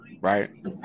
right